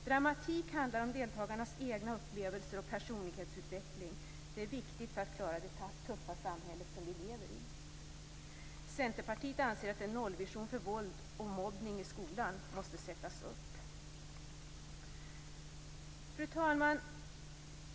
Dramatik handlar om deltagarnas egna upplevelser och personlighetsutveckling. Detta är viktigt för att klara det tuffa samhälle vi lever i. Centerpartiet anser att en "nollvision" för våld och mobbning i skolan måste sättas upp. Fru talman!